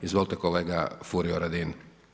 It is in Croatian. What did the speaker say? Izvolite kolega Furio Radin.